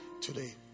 today